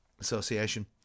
Association